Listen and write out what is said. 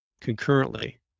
concurrently